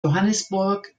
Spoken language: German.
johannesburg